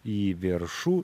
į viršų